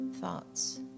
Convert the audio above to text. Thoughts